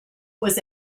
was